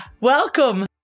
welcome